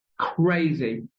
crazy